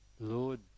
Lord